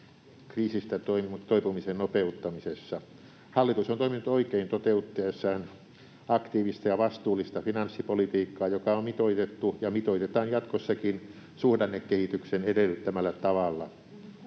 kriisistä toipumisen nopeuttamisessa. Hallitus on toiminut oikein toteuttaessaan aktiivista ja vastuullista finanssipolitiikkaa, joka on mitoitettu ja mitoitetaan jatkossakin suhdannekehityksen edellyttämällä tavalla.